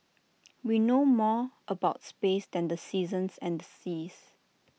we know more about space than the seasons and the seas